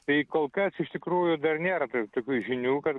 tai kol kas iš tikrųjų dar nėra taip tokių žinių kad